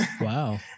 Wow